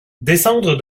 descendre